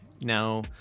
Now